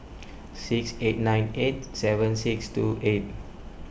six eight nine eight seven six two eight